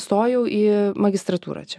stojau į magistratūrą čia